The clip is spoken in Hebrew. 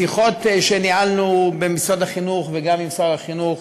משיחות שניהלנו במשרד החינוך וגם עם שר החינוך